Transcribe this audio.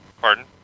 Pardon